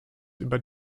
über